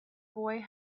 boy